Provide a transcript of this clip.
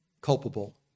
culpable